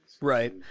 right